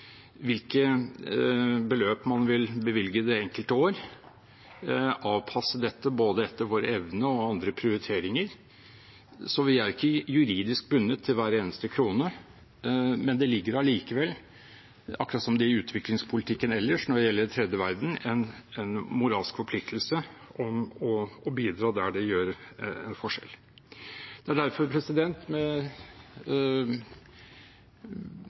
hvilke beløp man vil bevilge i det enkelte år, avpasse dette etter vår evne og andre prioriteringer, så vi er ikke juridisk bundet til hver eneste krone. Det ligger likevel, akkurat som i utviklingspolitikken ellers når det gjelder den tredje verden, en moralsk forpliktelse til å bidra der det gjør en forskjell. Det er derfor med